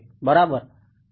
બરાબર